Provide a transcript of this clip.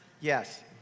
Yes